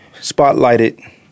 spotlighted